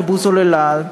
לבוז או ללעג".